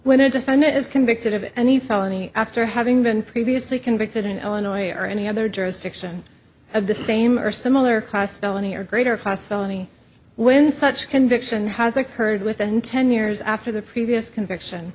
when a defendant is convicted of any felony after having been previously convicted in illinois or any other jurisdiction of the same or similar class felony or greater class felony when such conviction has occurred within ten years after the previous conviction